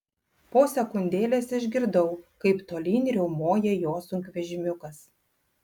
po sekundėlės išgirdau kaip tolyn riaumoja jo sunkvežimiukas